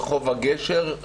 רחוב הגשר,